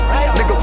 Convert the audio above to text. Nigga